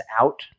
out